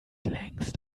längst